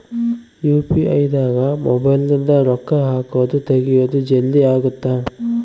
UPI ದಾಗ mobile ನಿಂದ ರೊಕ್ಕ ಹಕೊದ್ ತೆಗಿಯೊದ್ ಜಲ್ದೀ ಅಗುತ್ತ